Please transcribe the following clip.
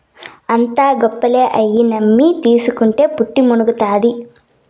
అంతా గప్పాలే, అయ్యి నమ్మి తీస్కుంటే పుట్టి మునుగుతాది